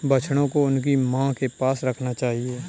बछड़ों को उनकी मां के पास रखना चाहिए